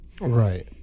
Right